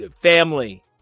family